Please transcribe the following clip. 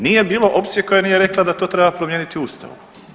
Nije bilo opcije koja nije rekla da to treba promijeniti Ustavom.